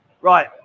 Right